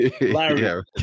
Larry